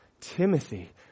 Timothy